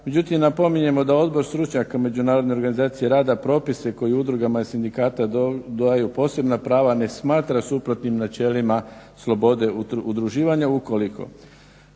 Međutim napominjemo da odbor stručnjaka Međunarodne organizacije rada propise koje udrugama i sindikata daju posebna prava, ne smatra suprotnim načelima slobode udruživanja. Ukoliko